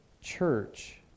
church